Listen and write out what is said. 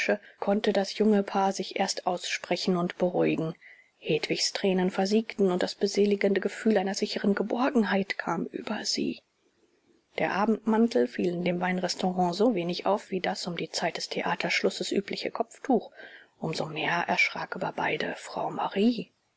konnte das junge paar sich erst aussprechen und beruhigen hedwigs tränen versiegten und das beseligende gefühl einer sicheren geborgenheit kam über sie der abendmantel fiel in dem weinrestaurant so wenig auf wie das um die zeit des theaterschlusses übliche kopftuch um so mehr erschrak über beide frau marie